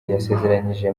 yasezeranyije